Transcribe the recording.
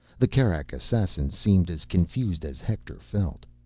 the kerak assassin seemed as confused as hector felt.